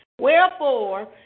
Wherefore